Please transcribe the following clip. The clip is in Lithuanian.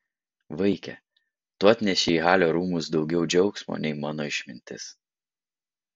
vaike tu atnešei į halio rūmus daugiau džiaugsmo nei mano išmintis